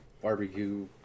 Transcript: barbecue